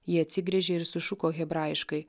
ji atsigręžė ir sušuko hebrajiškai